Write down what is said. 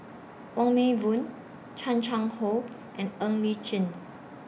Wong Meng Voon Chan Chang How and Ng Li Chin